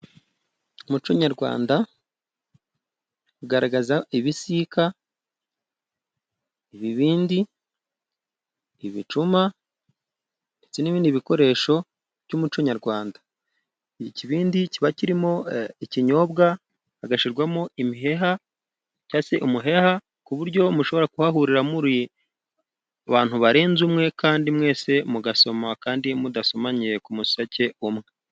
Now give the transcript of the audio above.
Umuco nyarwanda ugaragaza ibisika, ibibindi ibicuma ndetse n'ibindi bikoresho by'umuco nyarwanda. ikibindi kiba kirimo ikinyobwa ,hagashirwamo imiheha cyangwa se umuheha ku buryo mushobora kuhahurira muri abantu barenze umwe kandi mwese mugasoma kandi mudasomaniye ku museke umwe.